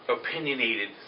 opinionated